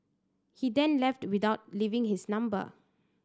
he then left without leaving his number